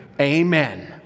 Amen